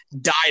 died